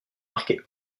marqués